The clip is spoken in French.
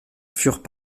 furent